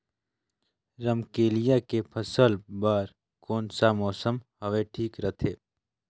रमकेलिया के फसल बार कोन सा मौसम हवे ठीक रथे?